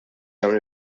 dawn